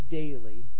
daily